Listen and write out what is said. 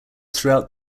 throughout